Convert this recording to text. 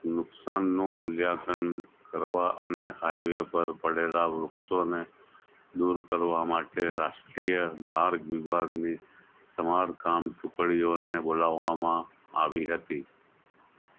નુકસાનનું મૂલ્યાંકન કરવા અને હાઇવે પર પડેલાં વૃક્ષોને દૂર કરવા માટે રાષ્ટ્રીય માર્ગ વિભાગની સમારકામ ટુકડીઓને બોલાવવામાં આવી હતી